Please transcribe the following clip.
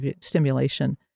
stimulation